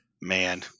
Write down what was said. Man